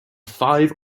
five